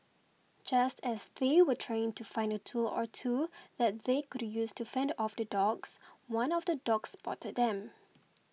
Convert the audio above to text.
just as they were trying to find a tool or two that they could use to fend off the dogs one of the dogs spotted them